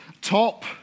Top